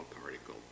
particle